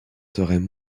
seraient